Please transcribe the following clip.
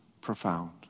profound